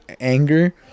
anger